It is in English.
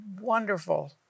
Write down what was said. wonderful